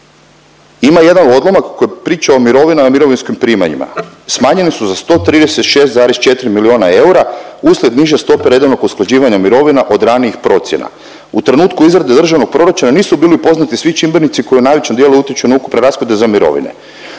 ima jedan odlomak koji priča o mirovinama, mirovinskim primanjima. Smanjeni su za 136,4 milijona eura uslijed niže stope redovnog usklađivanja mirovina od ranijih procjena. U trenutku izrade državnog proračuna nisu bili upoznati svi čimbenici koji u najvećem dijelu utječu na ukupne rashode za mirovine.